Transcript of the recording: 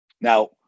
Now